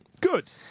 Good